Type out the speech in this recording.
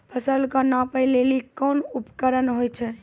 फसल कऽ नापै लेली कोन उपकरण होय छै?